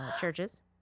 churches